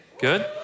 Good